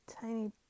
tiny